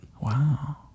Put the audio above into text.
Wow